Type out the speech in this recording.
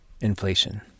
Inflation